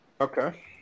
Okay